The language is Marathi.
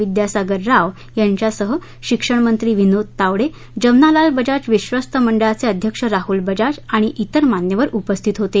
विद्यासागर राव यांच्यासह शिक्षणमंत्री विनोद तावडे जमनालाल बजाज विक्षस्त मंडळाचे अध्यक्ष राहल बजाज आणि त्रिर मान्यवर उपस्थित होते